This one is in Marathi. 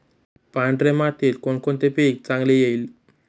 पांढऱ्या मातीत कोणकोणते पीक चांगले येईल?